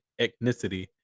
ethnicity